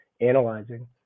analyzing